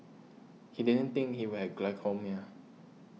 he didn't think he would have glaucoma